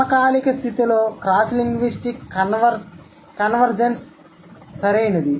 సమకాలిక స్థితిలో cross linguistic convergence సరైనది